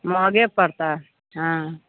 महगे पड़तै हँ